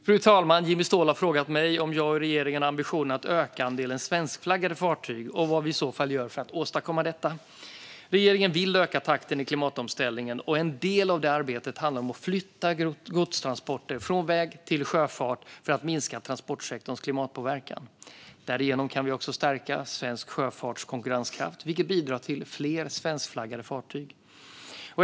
Fru talman! Jimmy Ståhl har frågat mig om jag och regeringen har ambitionen att öka andelen svenskflaggade fartyg och vad vi i så fall gör för att åstadkomma detta. Regeringen vill öka takten i klimatomställningen, och en del av det arbetet handlar om att flytta godstransporter från väg till sjöfart för att minska transportsektorns klimatpåverkan. Därigenom kan vi också stärka svensk sjöfarts konkurrenskraft, vilket bidrar till fler svenskflaggade fartyg.